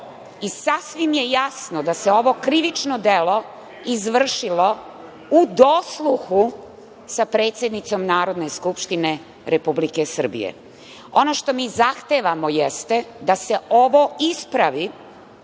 I sasvim je jasno da se ovo krivično delo izvršilo u dosluhu sa predsednicom Narodne skupštine Republike Srbije. Ono što mi zahtevamo jeste da se ovo ispravi